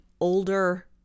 older